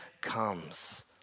comes